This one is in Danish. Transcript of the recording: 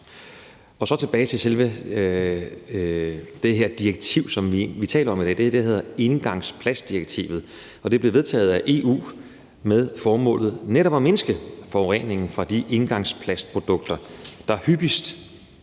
Så tilbage til selve det her direktiv, som vi taler om i dag. Det er det, der hedder engangsplastdirektivet. Det blev vedtaget af EU med det formål netop at mindske forureningen fra de engangsplastprodukter, der hyppigst